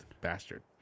bastard